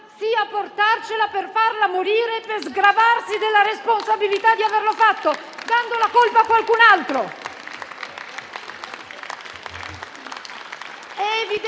sia portarla in Aula per farla morire e per sgravarsi della responsabilità di averlo fatto, dando la colpa a qualcun altro.